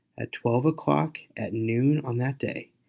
at twelve o'clock at noon on that day,